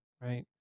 right